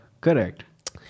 Correct